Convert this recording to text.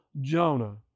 Jonah